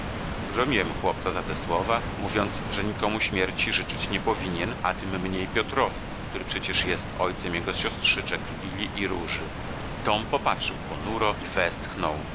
zgromiłem chłopca za te słowa mówiąc że nikomu śmierci życzyć nie powinien a tym mniej piotrowi który przecież jest ojcem jego siostrzyczek lili i róży tom popatrzył ponuro i westchnął